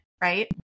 right